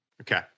Okay